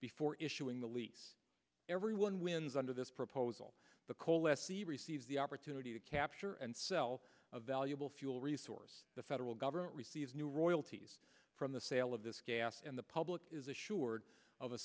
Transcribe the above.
before issuing the lease everyone wins under this proposal the coal s c receives the opportunity to capture and sell a valuable fuel resource the federal government receives new royalties from the sale of this gas and the public is assured of a